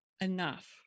enough